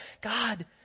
God